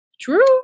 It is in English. True